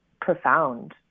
profound